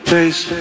Face